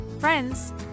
friends